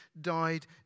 died